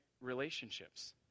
relationships